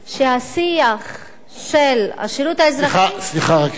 שהשיח של השירות האזרחי, סליחה, סליחה רק רגע.